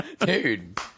dude